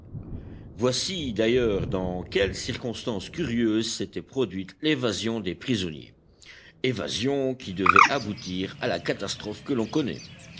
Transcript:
voici d'ailleurs dans quelles circonstances curieuses s'était produite l'évasion des prisonniers évasion qui devait aboutir à la catastrophe que l'on connaît